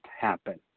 happen